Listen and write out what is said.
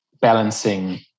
balancing